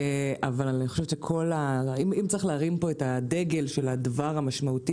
אני חושבת שאם צריך להרים כאן את הדגל של הדבר המשמעותי